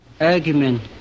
Argument